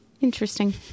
Interesting